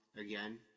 again